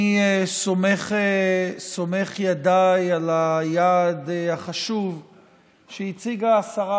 אני סומך ידיי על היעד החשוב שהציגה השרה,